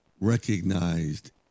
recognized